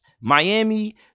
Miami